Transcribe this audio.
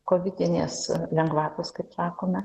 kovidinės lengvatos kaip sakome